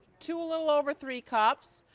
two little over three cups,